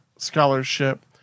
scholarship